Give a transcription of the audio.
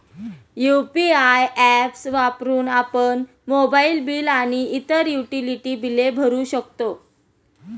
UPI apps वापरून आपण mobile bill आणि इतर युटिलिटी बिले भरू शकतो